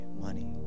money